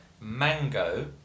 mango